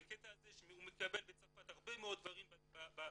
בקטע הזה שהוא מקבל בצרפת הרבה מאוד דברים סוציאליים,